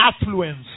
affluence